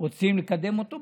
רוצים לקדם אותו?